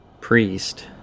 priest